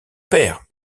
père